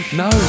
no